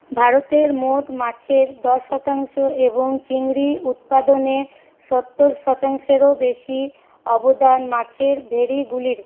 ভারতের মোট মাছের দশ শতাংশ এবং চিংড়ি উৎপাদনে সত্তর শতাংশেরও বেশি অবদান মাছের ভেড়িগুলির